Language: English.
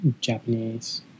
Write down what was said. Japanese